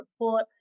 report